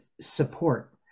support